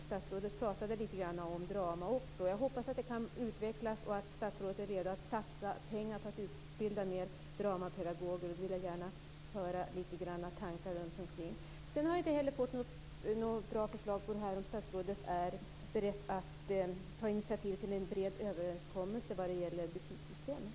Statsrådet pratade också lite om drama. Jag hoppas att det kan utvecklas och att statsrådet är redo att satsa pengar på att utbilda mer dramapedagoger. Jag vill gärna höra några tankar om det. Jag har inte fått något bra besked om statsrådet är beredd att ta initiativ till en bred överenskommelse vad gäller betygssystemet.